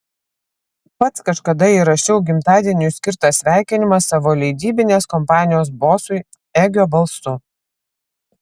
pats kažkada įrašiau gimtadieniui skirtą sveikinimą savo leidybinės kompanijos bosui egio balsu